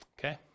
okay